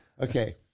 Okay